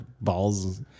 balls